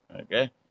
okay